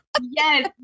yes